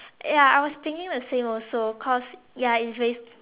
ya I was thinking the same also cause ya it's very